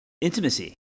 intimacy